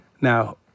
Now